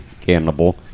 cannibal